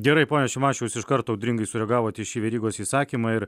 gerai pone šimašiau jūs iš karto audringai sureagavot į šį verygos įsakymą ir